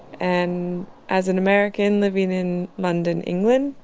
and as an american living in london, england,